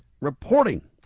reporting